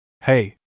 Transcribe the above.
Hey